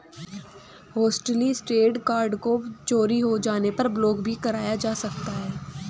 hotlisted card को चोरी हो जाने पर ब्लॉक भी कराया जा सकता है